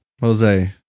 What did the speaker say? Jose